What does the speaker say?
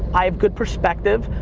i have good perspective,